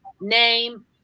name